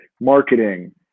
marketing